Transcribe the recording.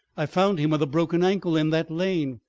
i found him with a broken ankle in that lane.